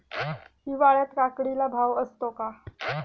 हिवाळ्यात काकडीला भाव असतो का?